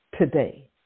today